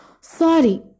Sorry